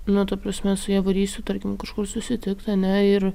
nu ta prasme su ja varysiu tarkim kažkur susitikt ane ir